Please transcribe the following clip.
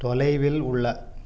தொலைவில் உள்ள